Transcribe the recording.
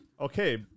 Okay